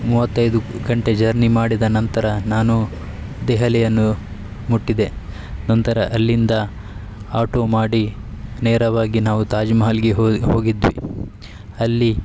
ಮೂವತ್ತೈದು ಗಂಟೆ ಜರ್ನಿ ಮಾಡಿದ ನಂತರ ನಾನು ದೆಹಲಿಯನ್ನು ಮುಟ್ಟಿದೆ ನಂತರ ಅಲ್ಲಿಂದ ಆಟೋ ಮಾಡಿ ನೇರವಾಗಿ ನಾವು ತಾಜ್ ಮಹಲ್ಗೆ ಹೋಗಿದ್ವಿ ಅಲ್ಲಿ